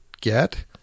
get